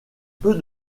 peu